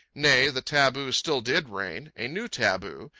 nay, the taboo still did reign, a new taboo,